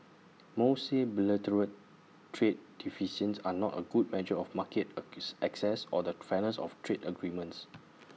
most say bilateral trade deficits are not A good measure of market access or the fairness of trade agreements